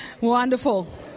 Wonderful